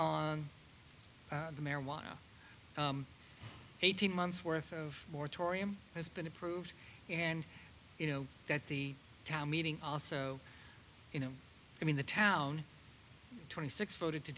on the marijuana eighteen months worth of moratorium has been approved and you know that the town meeting also you know i mean the town twenty six voted to